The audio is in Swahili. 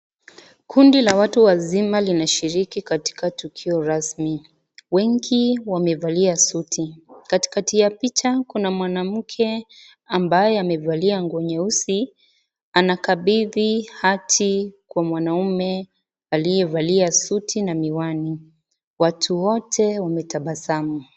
Kundi la watu wazima linashiriki katika tukio rasmi, wengi wamevalia suti, katikati ya picha kuna mwanamke ambaye amevalia nguo nyeusi, anakabidhi hati kwa mwanaume aliyevalia suti na miwani, watu wote wametabasamu.